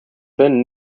been